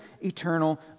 eternal